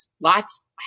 Lots